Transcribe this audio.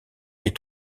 les